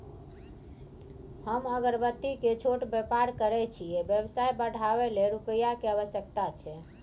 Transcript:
हम अगरबत्ती के छोट व्यापार करै छियै व्यवसाय बढाबै लै रुपिया के आवश्यकता छै?